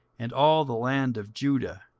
and all the land of judah,